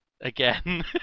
Again